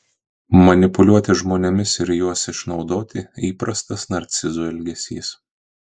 manipuliuoti žmonėmis ir juos išnaudoti įprastas narcizų elgesys